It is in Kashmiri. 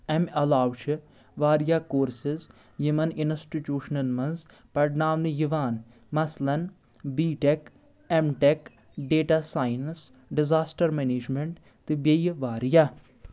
امہِ علاوٕ چھِ واریاہ کورسِز یِمن اِنسٹِٹیوٗشنن منٛز پرناونہٕ یِوان مثلن B tech M tech data science disaster management تہٕ بیٚیہِ واریاہ